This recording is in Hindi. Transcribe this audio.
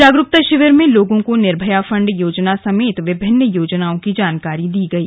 जागरूकता शिविर में लोगों को निर्भया फंड योजना समेत विभिन्न योजनाओं की जानकारी दी गई